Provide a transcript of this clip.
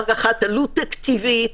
הערכת עלות תקציבית,